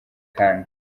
khan